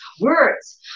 words